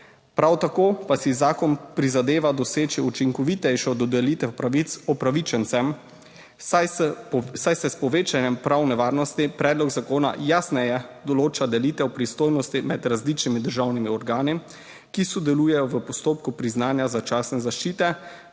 Prav tako pa si zakon prizadeva doseči učinkovitejšo dodelitev pravic upravičencem, saj se s povečanjem pravne varnosti. Predlog zakona jasneje določa delitev pristojnosti med različnimi državnimi organi, ki sodelujejo v postopku priznanja začasne zaščite